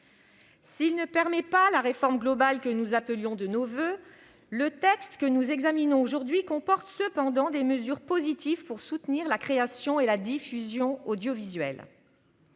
S'il ne permet pas la réforme globale que nous appelions de nos voeux, le texte que nous examinons aujourd'hui comporte cependant des mesures positives pour soutenir la création et la diffusion audiovisuelles.